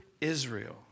Israel